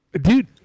dude